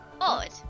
Odd